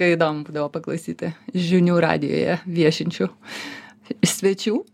įdomu būdavo paklausyti žinių radijuje viešinčių svečių